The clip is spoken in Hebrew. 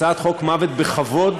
הצעת חוק מוות בכבוד,